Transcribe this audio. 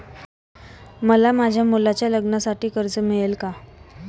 मला माझ्या मुलाच्या लग्नासाठी कर्ज मिळेल का?